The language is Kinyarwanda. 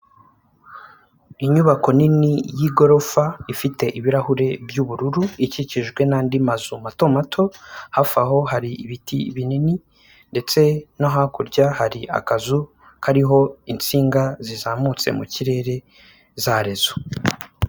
Inyubako nini y'igorofa ifite ibirahure by'ubururu, ikikijwe n'andi mazu mato mato, hafi aho hari ibiti binini ndetse no hakurya hari akazu kariho insinga zizamutse mu kirere za rezo.